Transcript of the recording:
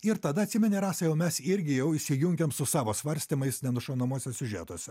ir tada atsimeni rasa jau mes irgi jau įsijungėm su savo svarstymais nenušaunamuose siužetuose